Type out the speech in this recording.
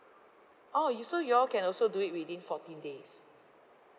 !ow! you so you all can also do it within fourteen days